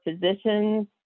physicians